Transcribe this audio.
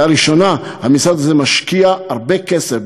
ולראשונה המשרד הזה משקיע הרבה כסף,